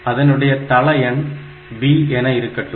அதனுடைய தள எண் b என இருக்கட்டும்